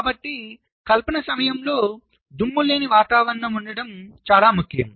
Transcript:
కాబట్టి కల్పన సమయంలో దుమ్ము లేని వాతావరణం ఉండటం చాలా ముఖ్యం